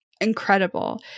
incredible